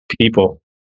people